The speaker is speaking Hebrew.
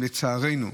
לצערנו,